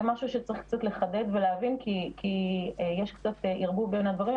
זה משהו שצריך קצת לחדד ולהבין כי יש קצת ערבוב בין הדברים.